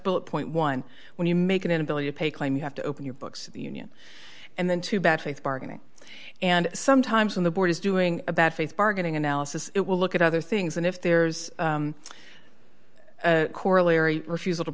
bullet point one dollar when you make an inability to pay a claim you have to open your books the union and then to bad faith bargaining and sometimes when the board is doing a bad faith bargaining analysis it will look at other things and if there's a corollary refusal to